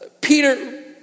Peter